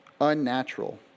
unnatural